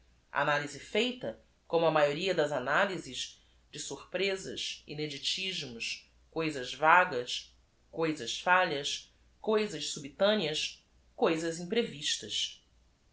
a das analyses de sorpresas ineditismos coisas vagas coisas falhas coisas subitaneas coisas imprevistas